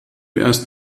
erst